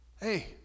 hey